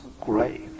great